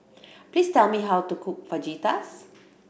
please tell me how to cook Fajitas